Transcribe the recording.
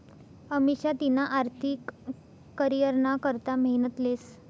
अमिषा तिना आर्थिक करीयरना करता मेहनत लेस